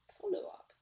follow-up